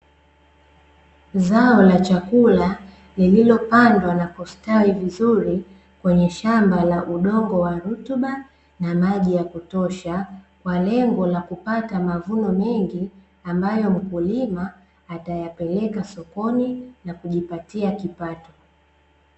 Zao la chakula lililopandwa na kustawi vizuri kwenye shamba la udongo wa rutuba na maji ya kutosha, kwa lengo la kupata mavuno mengi ambayo mkulima atayapeleka sokoni, na kujipatia kipato.